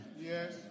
Yes